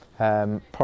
Product